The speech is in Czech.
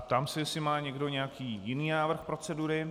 Ptám se, jestli má někdo nějaký jiný návrh procedury.